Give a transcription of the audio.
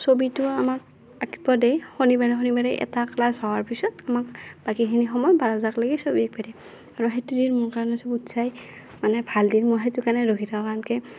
ছবিটো আমাক আঁকিব দিয়ে শনিবাৰে শনিবাৰে এটা ক্লাছ হোৱাৰ পিছত আমাক বাকীখিনি সময় বাৰটালৈকে ছবি আঁকিব দিয়ে আৰু সেইটো দিন মোৰ কাৰণে চবতচে মানে ভাল দিন মই সেইটোৰ কাৰণে ৰখি থাকোঁ আনকি